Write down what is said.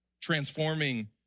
transforming